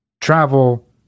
Travel